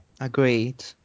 Agreed